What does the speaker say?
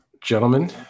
Gentlemen